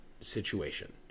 situation